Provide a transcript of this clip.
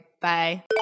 Bye